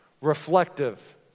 reflective